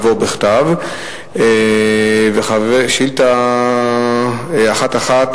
אלא היו כארבעה שרי פנים,